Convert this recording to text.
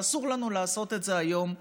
ואסור לנו לעשות את זה היום לאחרים.